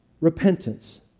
repentance